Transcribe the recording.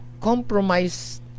compromise